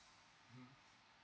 mmhmm